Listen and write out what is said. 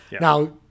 Now